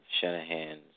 Shanahan's